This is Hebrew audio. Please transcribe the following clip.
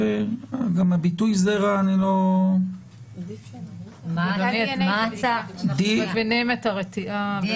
הביטוי זרע --- אנחנו מבינים את הרתיעה.